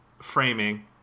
framing